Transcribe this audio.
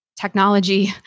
technology